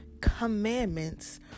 commandments